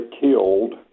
killed